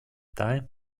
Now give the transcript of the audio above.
time